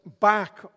back